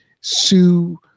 Sue